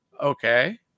Okay